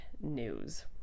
news